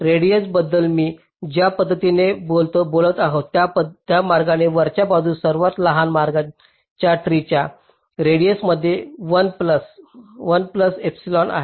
radius बद्दल मी ज्या पद्धतीने बोलत आहे त्या मार्गाने वरच्या बाजूस सर्वात लहान मार्गाच्या ट्री च्या रेडिएस मध्ये 1 प्लस एपिसलन आहे